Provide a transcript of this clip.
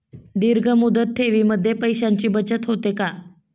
दीर्घ मुदत ठेवीमध्ये पैशांची बचत होते का?